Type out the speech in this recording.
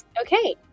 okay